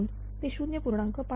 2 ते 0